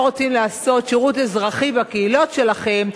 רוצים לעשות שירות אזרחי בקהילות שלכם,